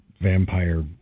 vampire